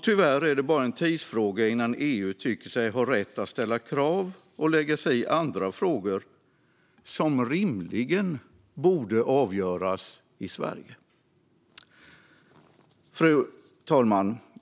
Tyvärr är det bara en tidsfråga innan EU tycker sig ha rätt att ställa krav och lägga sig i andra frågor som rimligen borde avgöras i Sverige. Fru talman!